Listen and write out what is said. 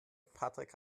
patrick